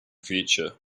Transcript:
creature